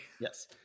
Yes